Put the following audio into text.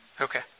Okay